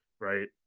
Right